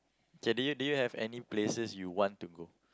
okay do you do you have any places you want to go